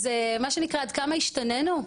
אז מה שנקרא עד כמה השתנינו?